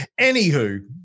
Anywho